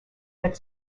that